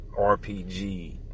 RPG